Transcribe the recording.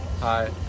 Hi